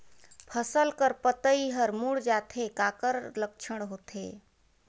फसल कर पतइ हर मुड़ जाथे काकर लक्षण होथे?